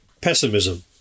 pessimism